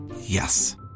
Yes